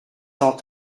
cent